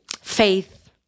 faith